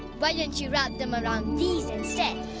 why don't you wrap them around these instead.